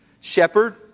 Shepherd